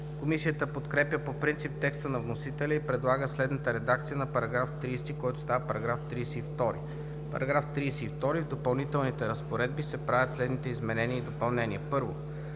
Комисията подкрепя по принцип текста на вносителя и предлага следната редакция на § 30, който става § 32: „§ 32. В допълнителните разпоредби се правят следните изменения и допълнения: